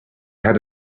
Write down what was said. had